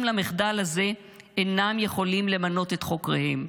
למחדל הזה אינם יכולים למנות את חוקריהם.